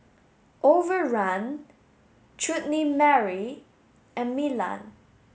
Overrun Chutney Mary and Milan